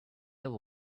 over